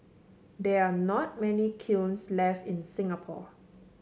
there are not many kilns left in Singapore